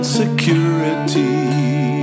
security